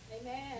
Amen